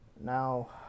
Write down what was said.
Now